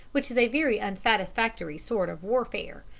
which is a very unsatisfactory sort of warfare,